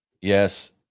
Yes